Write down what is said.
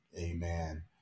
Amen